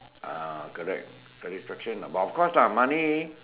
ah correct the inspection but of course lah money